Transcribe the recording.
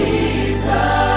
Jesus